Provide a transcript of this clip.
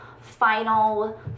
final